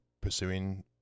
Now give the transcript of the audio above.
pursuing